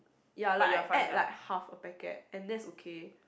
ya like I add like half of packet and that's okay